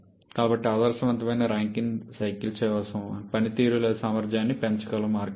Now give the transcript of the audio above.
కాబట్టి ఆదర్శవంతమైన Rankine cycle కోసం మనం పనితీరు లేదా సామర్థ్యాన్ని పెంచగల మార్గం ఇది